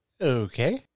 Okay